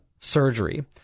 surgery